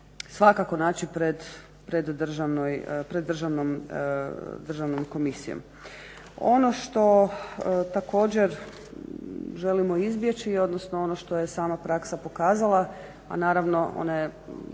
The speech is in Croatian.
svakako naći pred državnom komisijom Ono što također želimo izbjeći odnosno ono što je sama praksa pokazala, a naravno ona je